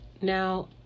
Now